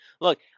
Look